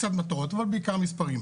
קצת מטרות אבל בעיקר מספרים.